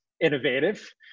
innovative